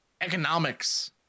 Economics